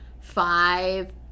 five